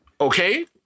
Okay